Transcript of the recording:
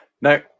No